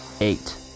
eight